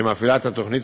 שמפעילה את התוכנית,